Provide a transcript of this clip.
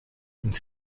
and